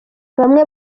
bamwe